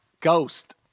ghost